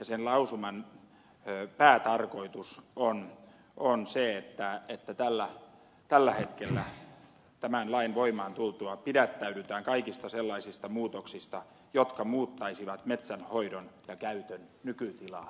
sen lausuman päätarkoitus on se että tällä hetkellä tämän lain voimaan tultua pidättäydytään kaikista sellaisista muutoksista jotka muuttaisivat metsänhoidon ja metsän käytön nykytilaa